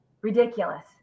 Ridiculous